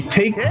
take